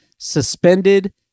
suspended